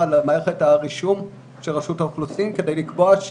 על מערכת הרישום של רשות האוכלוסין כדי לקבוע,